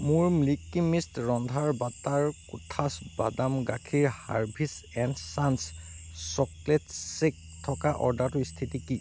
মোৰ milky mist ৰন্ধাৰ butterscotch বাদাম গাখীৰ হাৰ্ভীছ এণ্ড চান্ছ চকলেট শ্বেক থকা অৰ্ডাৰটোৰ স্থিতি কি